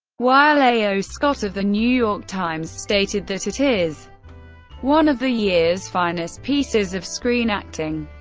while a o. scott of the new york times stated that it is one of the year's finest pieces of screen acting.